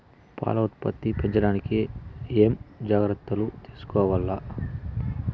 పాల ఉత్పత్తి పెంచడానికి ఏమేం జాగ్రత్తలు తీసుకోవల్ల?